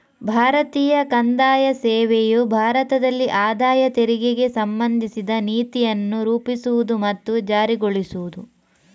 ಭಾರತೀಯ ಕಂದಾಯ ಸೇವೆಯು ಭಾರತದಲ್ಲಿ ಆದಾಯ ತೆರಿಗೆಗೆ ಸಂಬಂಧಿಸಿದ ನೀತಿಯನ್ನು ರೂಪಿಸುವುದು ಮತ್ತು ಜಾರಿಗೊಳಿಸುವುದು